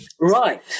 Right